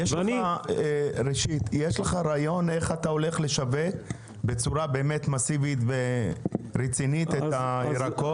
יש לך רעיון איך אתה הולך לשווק בצורה באמת מסיבית ורצינית את הירקות,